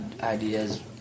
ideas